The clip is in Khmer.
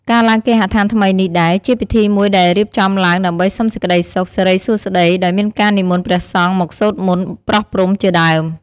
ការឡើងគេហដ្ឋានថ្មីនេះដែរ ជាពិធីមួយដែលរៀបចំឡើងដើម្បីសុំសេចក្ដីសុខ សេរីសួស្ដី ដោយមានការនិមន្តព្រះសង្ឃមកសូត្រមន្តប្រោះព្រំជាដើម។